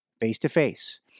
face-to-face